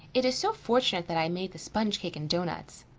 it is so fortunate that i made the sponge cake and doughnuts.